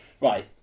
right